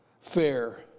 fair